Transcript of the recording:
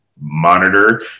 Monitor